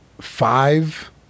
five